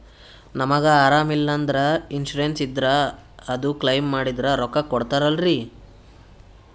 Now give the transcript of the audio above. ನಮಗ ಅರಾಮ ಇಲ್ಲಂದ್ರ ಇನ್ಸೂರೆನ್ಸ್ ಇದ್ರ ಅದು ಕ್ಲೈಮ ಮಾಡಿದ್ರ ರೊಕ್ಕ ಕೊಡ್ತಾರಲ್ರಿ?